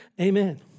Amen